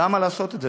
למה לעשות את זה?